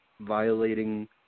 violating